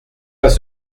pas